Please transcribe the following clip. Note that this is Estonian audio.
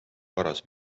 paras